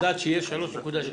מה, ידעת שיהיה 3.7%?